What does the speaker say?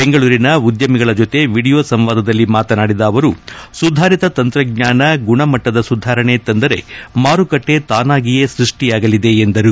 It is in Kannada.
ಬೆಂಗಳೂರಿನ ಉದ್ಯಮಿಗಳ ಜೊತೆ ವಿದಿಯೋ ಸಂವಾದಲ್ಲಿ ಮಾತನಾದಿದ ಅವರು ಸುಧಾರಿತ ತಂತ್ರಜ್ಞಾನ ಗುಣಮಟ್ಟದ ಸುಧಾರಣೆ ತಂದರೆ ಮಾರುಕಟ್ಟೆ ತಾನಾಗಿಯೇ ಸೃಷ್ಟಿಯಾಗಲಿದೆ ಎಂದರು